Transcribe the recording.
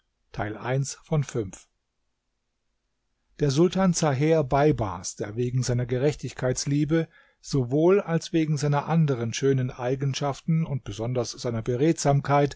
der sultan zaher beibars der wegen seiner gerechtigkeitsliebe sowohl als wegen seiner anderen schönen eigenschaften und besonders seiner